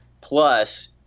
Plus